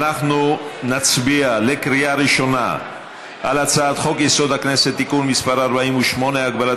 אנחנו נצביע על הצעת חוק-יסוד: הכנסת (תיקון מס' 48) (הגבלת